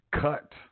cut